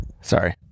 Sorry